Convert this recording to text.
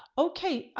okay,